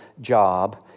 job